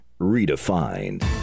redefined